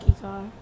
car